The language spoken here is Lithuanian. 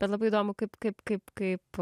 bet labai įdomu kaip kaip kaip kaip